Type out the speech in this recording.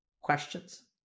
questions